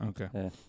Okay